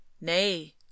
Nay